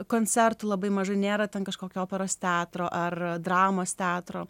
koncertų labai mažai nėra ten kažkokio operos teatro ar dramos teatro